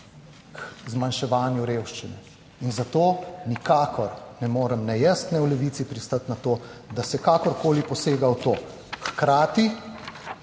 k zmanjševanju revščine in zato nikakor ne morem, ne jaz ne v Levici pristati na to, da se kakorkoli posega v to. Hkrati,